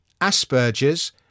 Asperger's